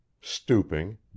stooping